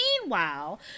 Meanwhile